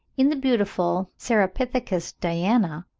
in the beautiful cercopithecus diana,